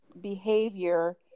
behavior